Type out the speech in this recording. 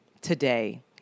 today